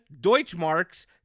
Deutschmarks